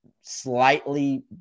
slightly